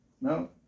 No